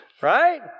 right